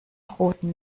roten